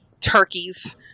turkeys